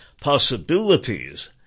possibilities